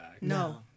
No